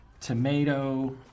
tomato